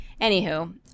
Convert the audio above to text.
anywho